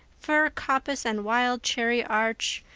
fir coppice and wild cherry arch,